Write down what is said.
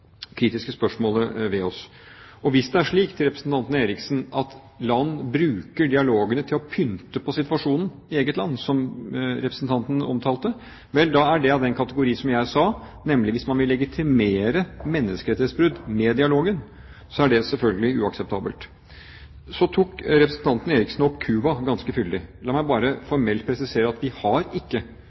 spørsmålet med oss. Til representanten Eriksen: Hvis det er slik at land bruker dialogene til å «pynte på situasjonen» i eget land, som representanten omtalte det, vel, da er det i den kategorien jeg nevnte – hvis man vil legitimere menneskerettighetsbrudd med dialogen, er det selvfølgelig uakseptabelt. Så tok representanten Eriksen opp Cuba ganske fyldig. La meg bare formelt presisere at vi ikke har